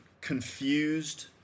confused